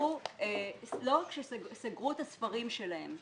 סגרו את הספרים שלהם.